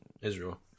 Israel